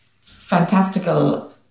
fantastical